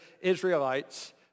Israelites